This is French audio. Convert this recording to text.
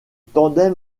tandem